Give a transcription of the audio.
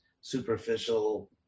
superficial